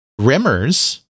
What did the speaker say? Rimmers